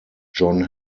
john